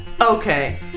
Okay